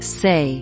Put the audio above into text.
say